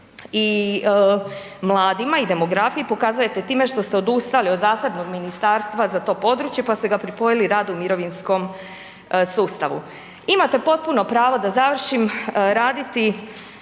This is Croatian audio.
i mladima i demografiji pokazujete time što ste odustali od zasebnog ministarstva za to područje, pa ste ga pripojili radu i mirovinskom sustavu. Imate potpuno pravo, da završim, raditi